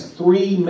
three